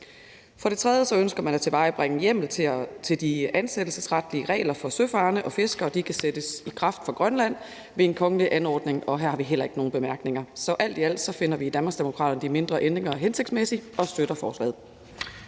For det tredje ønsker man at tilvejebringe en hjemmel til, at de ansættelsesretlige regler for søfarende og fiskere kan sættes i kraft for Grønland ved en kongelig anordning, og her har vi heller ikke nogen bemærkninger. Så alt i alt finder vi i Danmarksdemokraterne, at de mindre ændringer er hensigtsmæssige, og vi støtter forslaget.